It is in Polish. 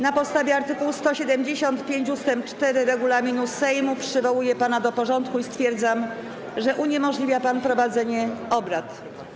Na postawie art. 175 ust. 4 regulaminu Sejmu przywołuję pana do porządku i stwierdzam, że uniemożliwia pan prowadzenie obrad.